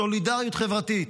סולידריות חברתית,